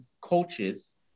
coaches